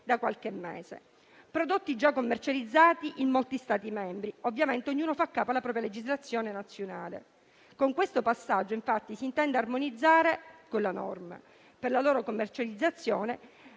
Si tratta di prodotti già commercializzati in molti Stati membri e ovviamente ognuno fa capo alla propria legislazione nazionale. Con questo passaggio si intende armonizzare quella norma, per la loro commercializzazione,